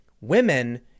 women